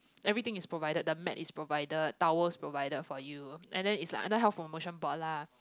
everything is provided the mat is provided towel provided for you and then is like other health promotion board lah